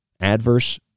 adverse